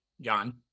John